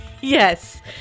Yes